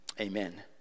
Amen